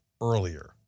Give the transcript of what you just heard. earlier